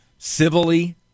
Civilly